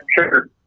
sure